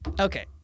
okay